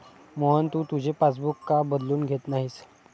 मोहन, तू तुझे पासबुक का बदलून घेत नाहीस?